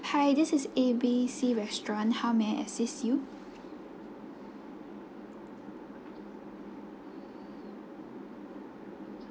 hi this is A B C restaurant how may I assist you